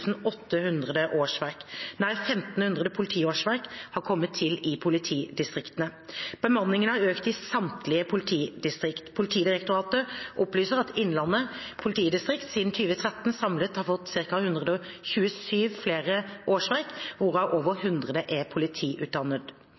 årsverk. Nær 1 500 politiårsverk har kommet i politidistriktene. Bemanningen har økt i samtlige politidistrikt. Politidirektoratet opplyser at Innlandet politidistrikt siden 2013 samlet har fått ca. 127 flere årsverk, hvorav over 100 er